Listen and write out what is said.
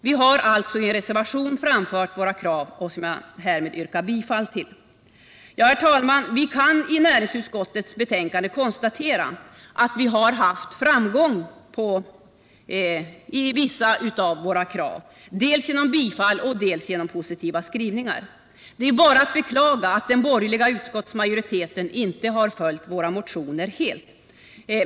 Vi har alltså framfört våra krav i en reservation, som jag härmed yrkar bifall till. Herr talman! Vi kan i näringsutskottets betänkande konstatera att vi haft framgång med vissa av våra krav dels genom bifallsyrkanden, dels genom positiva skrivningar. Det är bara att beklaga att den borgerliga utskottsmajoriteten inte har följt våra motionskrav helt.